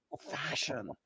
fashion